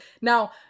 Now